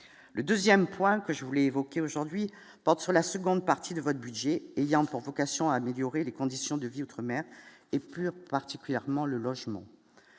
Le 2ème point que je voulais évoquer aujourd'hui porte sur la seconde partie de votre budget il y a pour vocation à améliorer les conditions de vie outre-mer, et plus particulièrement le logement